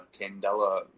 Candela